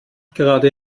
gerade